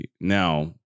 Now